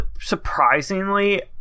surprisingly